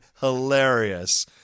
hilarious